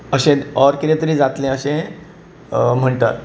or कितें तरी जातलें अशें म्हणटात